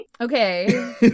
Okay